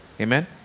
Amen